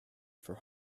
for